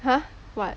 !huh! what